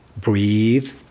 Breathe